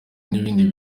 n’ibindi